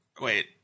wait